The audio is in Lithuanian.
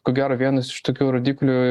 ko gero vienas iš tokių rodiklių